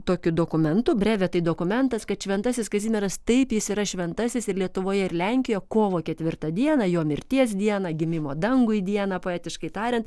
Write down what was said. tokiu dokumentu brevė tai dokumentas kad šventasis kazimieras taip jis yra šventasis ir lietuvoje ir lenkijo kovo ketvirtą dieną jo mirties dieną gimimo dangui dieną poetiškai tariant